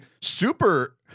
super